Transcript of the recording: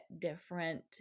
different